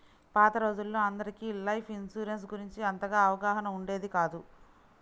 పాత రోజుల్లో అందరికీ లైఫ్ ఇన్సూరెన్స్ గురించి అంతగా అవగాహన ఉండేది కాదు